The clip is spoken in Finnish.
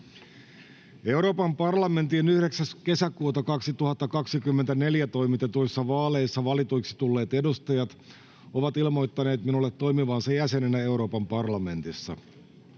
Euroopan parlamentin 9.6.2024 toimitetuissa vaaleissa valituiksi tulleet edustajat ovat ilmoittaneet minulle toimivansa jäseninä Euroopan parlamentissa.